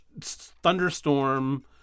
thunderstorm